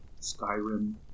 Skyrim